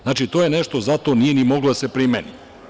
Znači to je nešto zašto nije moglo ni da se primeni.